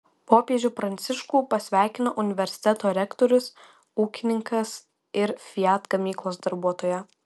popiežių pranciškų pasveikino universiteto rektorius ūkininkas ir fiat gamyklos darbuotoja